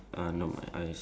don't have